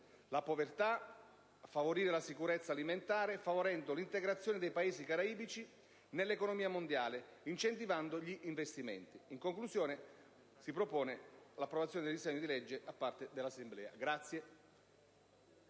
la povertà e favorire la sicurezza alimentare, agevolando l'integrazione dei Paesi caraibici nell'economia mondiale ed incentivando gli investimenti. In conclusione, la Commissione propone l'approvazione del disegno di legge da parte dell'Assemblea.